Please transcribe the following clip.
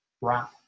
wrap